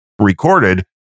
recorded